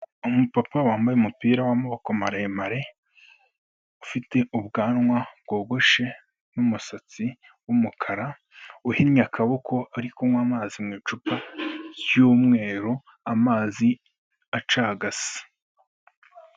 Umupapa wambaye umupira wamaboko maremare ufite ubwanwa bwogoshe n'umusatsi w'umukara, uhinnye akaboko ari kunywa amazi mu icupa ryumweru amazi acagase.